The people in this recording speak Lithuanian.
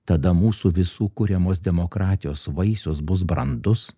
tada mūsų visų kuriamos demokratijos vaisius bus brandus